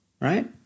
right